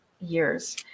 years